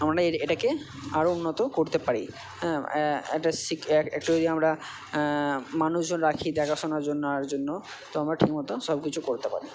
আমরা এর এটাকে আরও উন্নত করতে পারি হ্যাঁ একটা সিক একটু যদি আমরা মানুষজন রাখি দেখাশোনার জন্য আর জন্য তো আমরা ঠিকমতো সব কিছু করতে পারবো